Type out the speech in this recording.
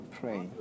pray